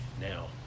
now